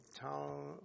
town